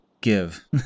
give